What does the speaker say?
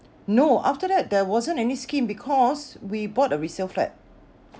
no after that there wasn't any scheme because we bought a resale flat